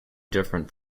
different